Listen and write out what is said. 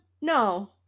No